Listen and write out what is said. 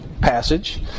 passage